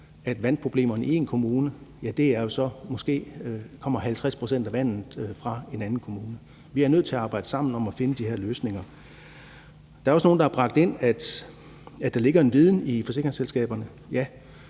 at vandproblemerne i en kommune er sådan, at halvdelen af vandet kommer fra en anden kommune. Vi er nødt til at arbejde sammen om at finde de her løsninger. Der er også nogle, der har bragt ind, at der ligger en viden i forsikringsselskaberne. Ja,